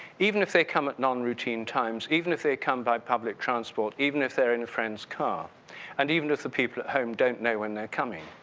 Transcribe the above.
even if they come at non-routine times, even if they come by public transport, even if they're in a friend's car and even if the people at home don't know when they're coming.